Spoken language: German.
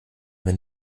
wenn